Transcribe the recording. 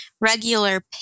regular